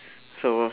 so